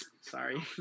sorry